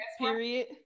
Period